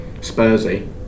Spursy